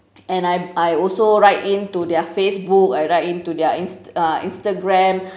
and I I also write in to their facebook I write in to their inst~ uh instagram